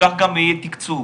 כך גם יהיה תיקצוב.